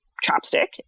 chopstick